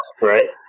Right